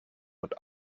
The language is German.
und